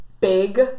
big